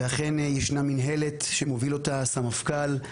ולכן יש מנהלת שמוביל סמפכ"ל,